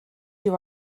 you